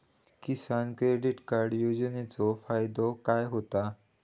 किसान credit card योजनेचो फायदो काय होता?